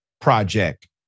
Project